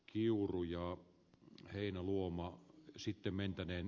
kiuruja heinäluoma aho sitte mentäneen